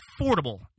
affordable